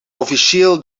officieel